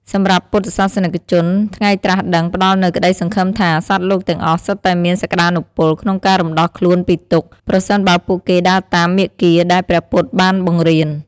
សម្រាប់ពុទ្ធសាសនិកជន ថ្ងៃត្រាស់ដឹងផ្តល់នូវក្តីសង្ឃឹមថា សត្វលោកទាំងអស់សុទ្ធតែមានសក្ដានុពលក្នុងការរំដោះខ្លួនពីទុក្ខ ប្រសិនបើពួកគេដើរតាមមាគ៌ាដែលព្រះពុទ្ធបានបង្រៀន។